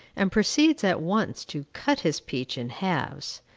and proceeds, at once, to cut his peach in halves.